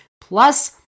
plus